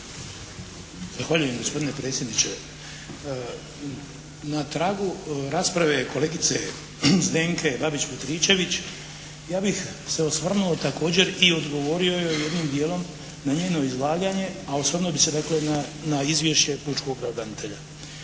Zahvaljujem gospodine predsjedniče. Na tragu rasprave kolegice Zdenke Babić-Petričević ja bih se osvrnuo također i odgovorio joj jednim djelom na njeno izlaganje, a osvrnuo bih se dakle na Izvješće pučkog pravobranitelja.